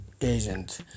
agent